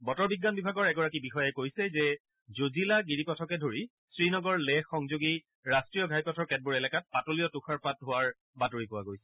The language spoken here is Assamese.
বতৰ বিজ্ঞান বিভাগৰ এগৰাকী বিষয়াই কৈছে যে জজিলা গিৰিপথকে ধৰি শ্ৰীনগৰ লেহ সংযোগী ৰাষ্ট্ৰীয় ঘাইপথৰ কেতবোৰ এলেকাত পাতলীয়া তুষাৰপাত হোৱাৰ বাতৰি পোৱা গৈছে